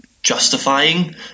justifying